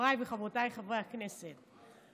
חבריי וחברותיי חברי הכנסת,